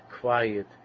quiet